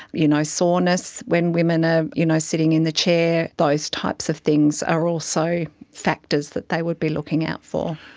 you know soreness when women are ah you know sitting in the chair. those types of things are also factors that they would be looking out for.